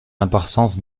importance